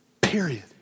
period